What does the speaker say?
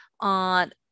on